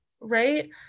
right